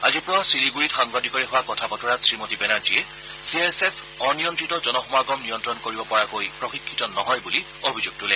আজি পুৱা শিলিগুৰিত সাংবাদিকৰে হোৱা কথা বতৰাত শ্ৰীমতী বেনাৰ্জীয়ে চিআইএছএফ অনিয়ন্নিত জনসমাগম নিয়ন্ত্ৰণ কৰিব পৰাকৈ প্ৰশিক্ষিত নহয় বুলি অভিযোগ তোলে